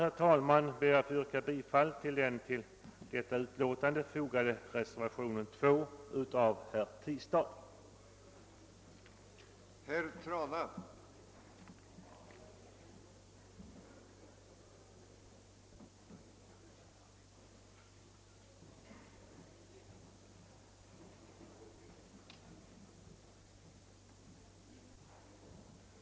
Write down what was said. Jag ber därför att få yrka bifall till den vid detta utlåtande fogade reservationen 2 av herr Tistad m;. fl;